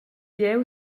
jeu